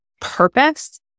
purpose